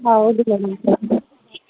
ಹೌದು ಮೇಡಮ್